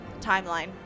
timeline